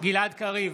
גלעד קריב,